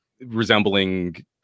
resembling